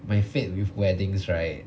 my fate with weddings right